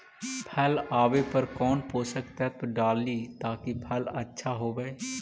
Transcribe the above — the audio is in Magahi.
फल आबे पर कौन पोषक तत्ब डाली ताकि फल आछा होबे?